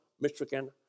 Michigan